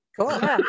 Cool